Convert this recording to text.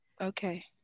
Okay